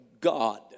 God